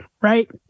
right